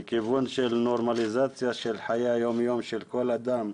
לכיוון נורמליזציה של חיי היום-יום של כל אדם,